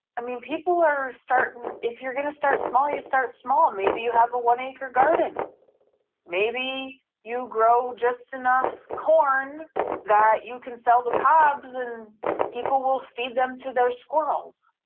i mean people are starting if you're going to start small you start small. maybe you have a one acre garden maybe you grow just enough corn that you can sell the cobs and people will feed them to their squirrels.